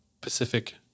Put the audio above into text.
Pacific